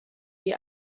die